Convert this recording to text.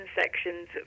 sections